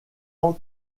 ans